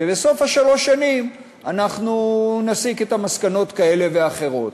ובסוף שלוש השנים אנחנו נסיק מסקנות כאלה ואחרות.